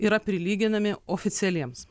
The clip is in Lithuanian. yra prilyginami oficialiems